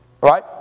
Right